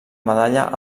medalla